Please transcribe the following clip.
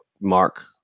Mark